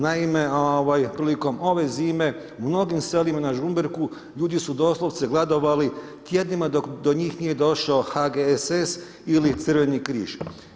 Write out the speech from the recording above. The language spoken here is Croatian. Naime, prilikom ove zime, u mnogim selima na Žumberku, ljudi su doslovce gladovali tjednima dok do njih nije došao HGSS ili Crveni križ.